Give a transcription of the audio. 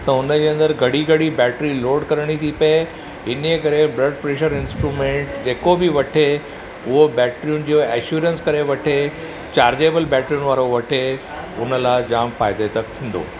त हुनजे अंदरु घड़ी घड़ी बैटरी लोड करणी थी पए हिने करे ब्लड प्रैशर इंस्ट्रुमेंट जेको बि वठे उहो बैटरियुनि जो एश्योरेंस करे वठे चार्जेबल बैटरियुनि वारो वठे हुन लाइ जाम फ़ाइदे तक थींदो